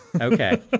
Okay